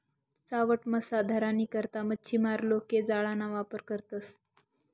सावठा मासा धरानी करता मच्छीमार लोके जाळाना वापर करतसं